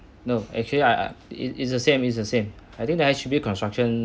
no actually I I it it's the same it's the same I think the H_D_B construction